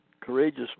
courageous